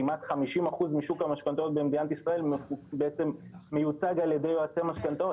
כמעט 50% משוק המשכנתאות בישראל בעצם מיוצג על ידי יועצי המשכנתאות.